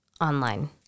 online